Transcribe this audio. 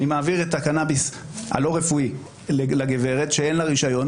אני מעביר את הקנאביס הלא-רפואי לגברת שאין לה רישיון,